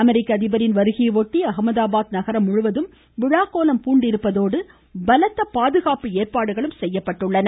அமெரிக்க அதிபரின் வருகையையொட்டி அஹமதாபாத் நகரம் முழுவதும் விழாக்கோலம் பூண்டுள்ளதோடு பலத்த பாதுகாப்பு ஏற்பாடுகளும் செய்யப்பட்டுள்ளன